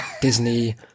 Disney